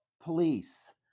police